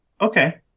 Okay